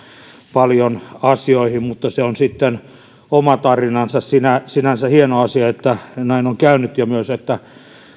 paljon asioihin mutta se on sitten oma tarinansa sinänsä hieno asia että näin on käynyt ja myös se että